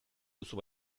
duzu